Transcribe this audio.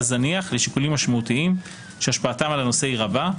זניח לשיקולים משמעותיים שהשפעתם על הנושא היא רבה,